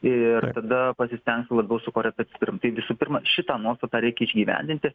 ir tada pasistengsiu labiau su korepetitorium tai visų pirma šitą nuostatą reikia išgyvendinti